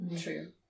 True